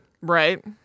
Right